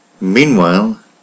Meanwhile